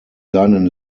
seinen